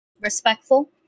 respectful